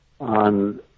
on